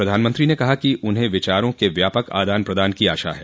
प्रधानमंत्री ने कहा कि उन्हें विचारों के व्यापक आदान प्रदान की आशा है